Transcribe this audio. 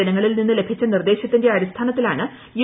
ജനങ്ങളിൽ നിന്ന് ലഭിച്ച നിർദ്ദേശത്തിന്റെ അടിസ്ഥാനത്തിലാണ് യു